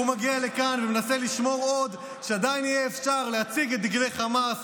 הוא מגיע לכאן ומנסה לשמור עוד שעדיין אפשר יהיה להציג את דגלי חמאס,